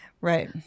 right